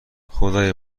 خدای